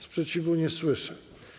Sprzeciwu nie słyszę.